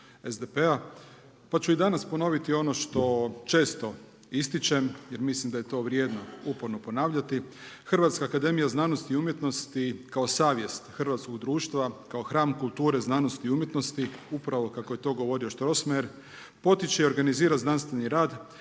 SDP-a pa ću i danas ponoviti ono što često ističem jer mislim da je to vrijedno uporno ponavljati. HAZU kao savjest hrvatskog društva, kao hram kulture znanosti i umjetnosti upravo kako je to govorio Strossmayer potiče i organizira znanstveni rad,